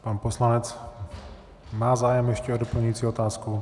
Pan poslanec má zájem ještě o doplňující otázku.